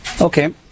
Okay